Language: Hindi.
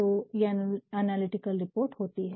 तो ये एनालिटिकल रिपोर्ट होती है